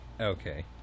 Okay